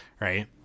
right